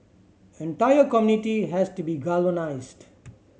entire community has to be galvanised